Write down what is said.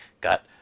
got